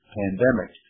pandemic